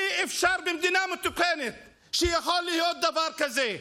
אי-אפשר במדינה מתוקנת שיכול להיות דבר כזה.